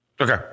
Okay